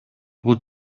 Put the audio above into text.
бул